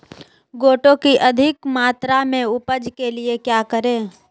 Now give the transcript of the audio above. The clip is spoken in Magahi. गोटो की अधिक मात्रा में उपज के लिए क्या करें?